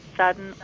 sudden